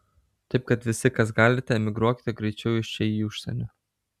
taip kad visi kas galite emigruokite greičiau iš čia į užsienį